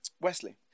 Wesley